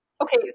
Okay